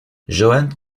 johann